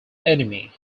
enemy